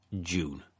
June